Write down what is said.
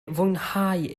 fwynhau